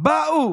באו